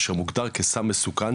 אשר מוגדר כסם מסוכן,